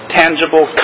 tangible